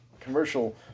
commercial